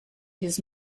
his